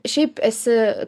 šiaip esi